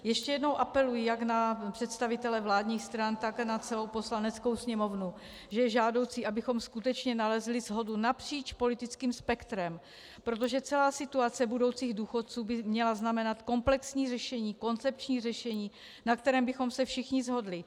Ještě jednou apeluji jak na představitele vládních stran, tak na celou Poslaneckou sněmovnu, že je žádoucí, abychom skutečně nalezli shodu napříč politickým spektrem, protože celá situace budoucích důchodců by měla znamenat komplexní řešení, koncepční řešení, na kterém bychom se všichni shodli.